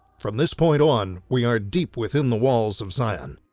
from this point on, we are deep within the walls of zion.